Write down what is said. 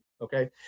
okay